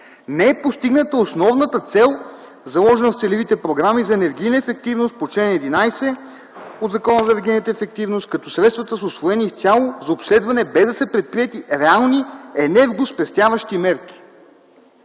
Не е постигната основната цел, заложена с целевите програми, за енергийна ефективност по чл. 11 от Закона за енергийната ефективност, като средствата са усвоени изцяло за обследване, без да са предприети реални енергоспестяващи мерки.”